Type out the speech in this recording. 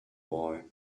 boy